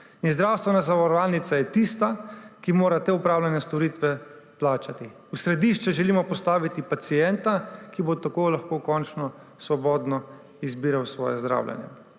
Zdravstvena zavarovalnica je tista, ki mora te opravljene storitve plačati. V središče želimo postaviti pacienta, ki bo tako lahko končno svobodno izbiral svoje zdravljenje.